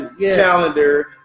calendar